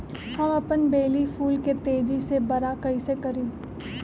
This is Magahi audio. हम अपन बेली फुल के तेज़ी से बरा कईसे करी?